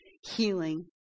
healing